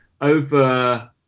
over